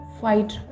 fight